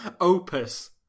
opus